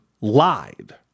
lied